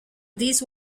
these